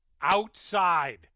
Outside